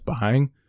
buying